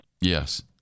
Yes